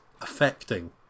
Affecting